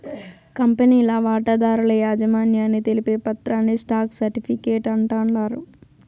కంపెనీల వాటాదారుల యాజమాన్యాన్ని తెలిపే పత్రాని స్టాక్ సర్టిఫీకేట్ అంటాండారు